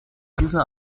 dieser